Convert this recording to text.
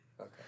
Okay